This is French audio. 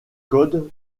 codes